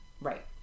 Right